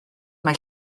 mai